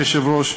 אדוני היושב-ראש,